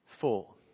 four